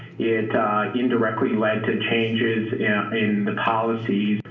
it indirectly led to changes in the policies.